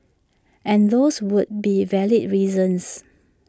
and those would be valid reasons